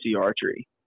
archery